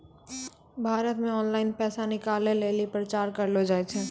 भारत मे ऑनलाइन पैसा निकालै लेली प्रचार करलो जाय छै